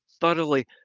thoroughly